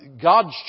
God's